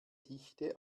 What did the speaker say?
dichte